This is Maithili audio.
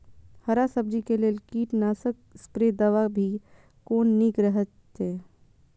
हरा सब्जी के लेल कीट नाशक स्प्रै दवा भी कोन नीक रहैत?